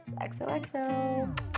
xoxo